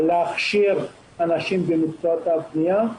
להכשיר אנשים במקצועות הבנייה.